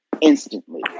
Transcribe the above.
instantly